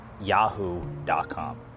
yahoo.com